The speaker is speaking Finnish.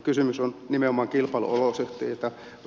kysymys on nimenomaan kilpailuolosuhteista